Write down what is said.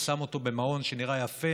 שם אותו במעון שנראה יפה,